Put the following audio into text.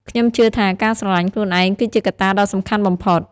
ខ្ញុំជឿថាការស្រឡាញ់ខ្លួនឯងគឺជាកត្តាដ៏សំខាន់បំផុត។